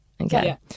Okay